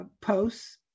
posts